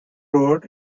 road